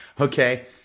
Okay